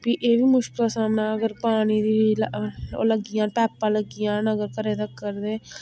फ्ही एह् बी मुशकल दा सामना अगर पानी दी ओह् लग्गी जान पाइपां लग्गी जान अगर घरै तकर ते